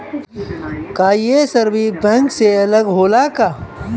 का ये service bank से अलग होला का?